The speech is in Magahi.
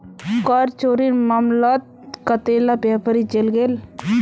कर चोरीर मामलात कतेला व्यापारी जेल गेल